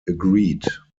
agreed